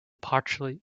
partially